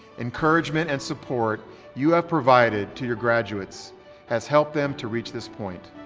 encouragement and support you have provided to your graduates has helped them to reach this point.